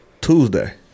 Tuesday